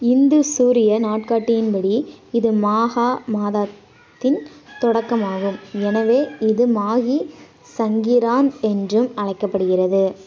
இந்து சூரிய நாட்காட்டியின்படி இது மாகா மாதத்தின் தொடக்கமாகும் எனவே இது மாகி சங்கிராந்த் என்றும் அழைக்கப்படுகிறது